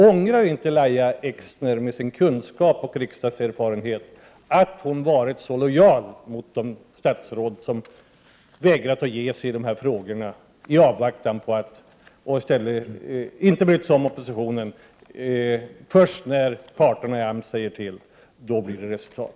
Ångrar inte Lahja Exner, med sin kunskap och sin riksdagserfarenhet, att hon varit så lojal mot de statsråd som vägrat att ge sig och inte brytt sig om oppositionen? Först när parterna i AMS säger till blir det resultat!